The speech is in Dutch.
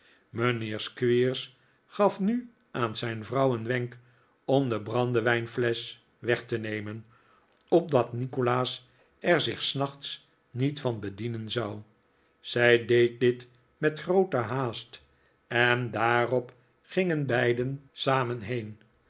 squeers gaf nu aan zijn vrouw een wenk om de brandewijnflesch weg te nemen opdat nikolaas er zich s nachts niet van bedienen zou zij deed dit met groote haast en daarop gingen beiden samen heen